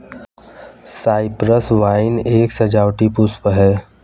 Cyprus vine एक सजावटी पुष्प है